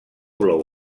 blau